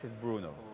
Bruno